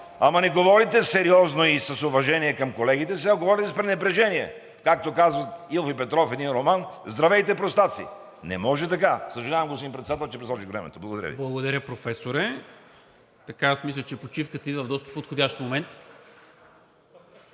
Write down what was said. ама не говорите сериозно и с уважение към колегите, сега говорите с пренебрежение, както казва Илф и Петров в един роман: „Здравейте, простаци.“ Не може така! Съжалявам, господин Председател, че пресрочих времето. Благодаря Ви. ПРЕДСЕДАТЕЛ НИКОЛА МИНЧЕВ: Благодаря, Професоре. Аз мисля, че почивката идва в доста подходящ момент.